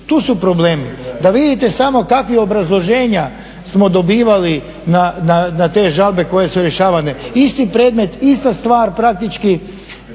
Tu su problemi. Da vidite samo kakva obrazloženja smo dobivali na te žalbe koje su rješavanje, isti predmet, ista stvar praktički